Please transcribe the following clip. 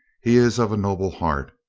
he is of a noble heart.